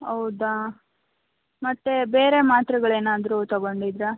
ಹೌದಾ ಮತ್ತೆ ಬೇರೆ ಮಾತ್ರೆಗಳು ಏನಾದ್ರೂ ತಗೊಂಡಿದ್ರಾ